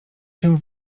się